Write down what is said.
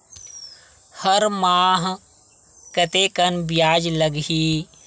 हर माह कतेकन ब्याज लगही?